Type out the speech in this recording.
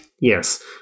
Yes